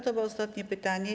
To było ostatnie pytanie.